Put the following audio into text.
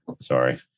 sorry